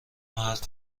حرف